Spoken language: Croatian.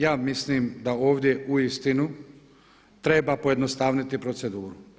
Ja mislim da ovdje uistinu treba pojednostaviti proceduru.